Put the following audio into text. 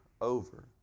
over